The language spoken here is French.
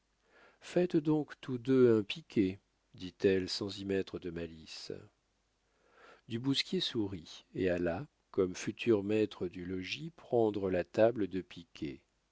faites donc tous deux un piquet dit-elle sans y mettre de malice du bousquier sourit et alla comme futur maître du logis prendre la table de